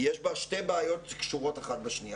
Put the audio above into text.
יש בה שתי בעיות שקשורות אחת בשנייה.